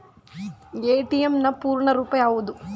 ATM ನ ಪೂರ್ಣ ರೂಪ ಯಾವುದು?